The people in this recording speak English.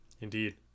Indeed